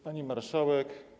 Pani Marszałek!